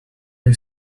you